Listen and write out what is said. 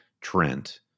Trent